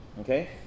Okay